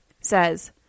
Says